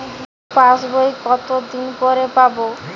নতুন passbook কত দিন পরে পাবো?